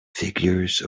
figures